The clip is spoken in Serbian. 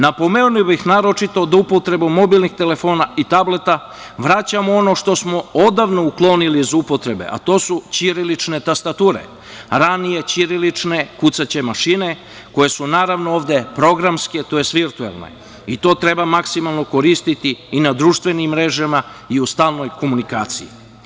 Napomenuo bih naročito da upotrebom mobilnih telefona i tableta vraćamo ono što smo odavno uklonili iz upotrebe, a to su ćirilične tastature, ranije ćirilične kucaće mašine koje su naravno ovde programske, tj. virtuelne i to treba maksimalno koristiti i na društvenim mrežama i u stalnoj komunikaciji.